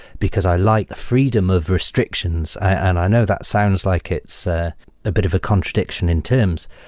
because i like the freedom of restrictions. and i know that sounds like it's ah a bit of a contradiction in terms,